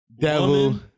Devil